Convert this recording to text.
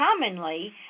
commonly